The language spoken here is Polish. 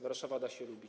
Warszawa da się lubić.